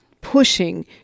pushing